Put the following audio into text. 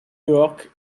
york